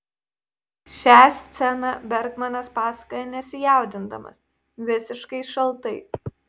šią sceną bergmanas pasakoja nesijaudindamas visiškai šaltai